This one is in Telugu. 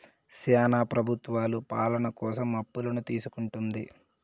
శ్యానా ప్రభుత్వాలు పాలన కోసం అప్పులను తీసుకుంటుంది